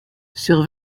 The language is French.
sur